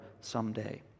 someday